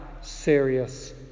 serious